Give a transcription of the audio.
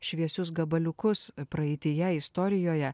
šviesius gabaliukus praeityje istorijoje